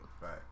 Right